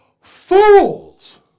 fools